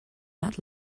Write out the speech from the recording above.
not